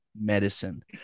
medicine